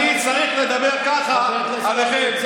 אני צריך לדבר ככה עליכם.